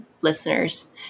listeners